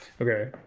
Okay